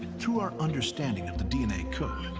through our understanding of the dna code,